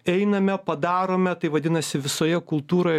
einame padarome tai vadinasi visoje kultūroj